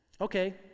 Okay